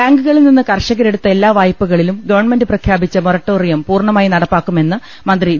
ബാങ്കുകളിൽ നിന്ന് കർഷകരെടുത്ത എല്ലാ വായ്പകളിലും ഗവൺമെന്റ് പ്രഖ്യാപിച്ച മൊറട്ടോറിയം പൂർണമായി നടപ്പാക്കുമെന്ന് മന്ത്രി വി